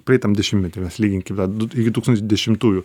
praeitam dešimtmety mes lyginkim ve du tūkstantis dešimtųjų